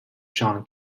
john